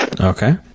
Okay